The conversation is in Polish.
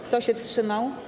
Kto się wstrzymał?